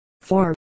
four